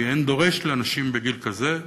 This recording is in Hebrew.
כי אין דורש לאנשים בגיל כזה,